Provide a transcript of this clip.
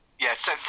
Yes